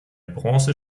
bronze